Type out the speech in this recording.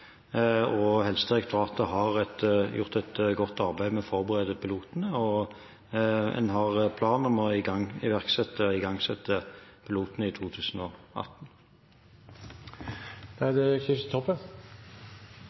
og Helsedirektoratet har gjort et godt arbeid med å forberede piloten, og en har en plan om å igangsette piloten i 2018.